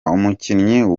umukinnyikazi